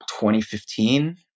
2015